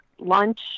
lunch